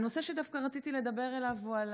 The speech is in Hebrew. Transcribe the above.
הנושא שדווקא רציתי לדבר עליו הוא על